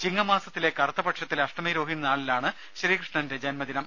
ചിങ്ങമാസത്തിലെ കറുത്ത പക്ഷത്തിലെ അഷ്ടമിരോഹിണി നാളിലാണ് ശ്രീകൃഷ്ണന്റെ ജന്മദിനം